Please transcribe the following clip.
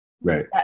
Right